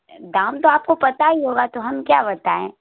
دام تو آپ کو پتا ہی ہوگا تو ہم کیا بتائیں